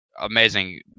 Amazing